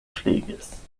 flegis